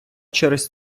через